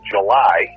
July